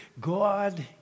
God